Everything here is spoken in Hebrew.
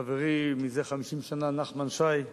וחברי מזה 50 שנה נחמן שי,